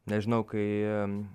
nežinau kai